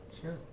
Sure